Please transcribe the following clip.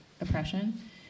oppression